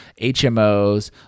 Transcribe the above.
HMOs